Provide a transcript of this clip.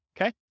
Okay